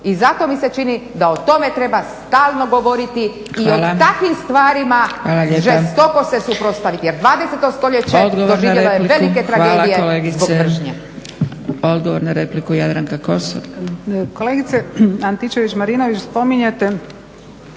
I zato mi se čini da o tome treba stalno govoriti i o takvim stvarima žestoko se suprotstaviti, jer 20. stoljeće doživjelo je velike tragedije zbog mržnje.